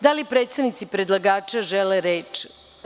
Da li predsednici predlagača žele reč?